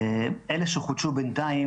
אלה שחודשו בינתיים,